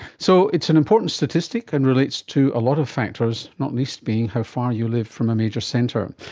so it's an important statistic and relates to a lot of factors, not least being how far you live from a major centre.